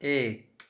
ایک